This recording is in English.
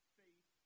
faith